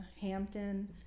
Hampton